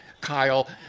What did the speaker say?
Kyle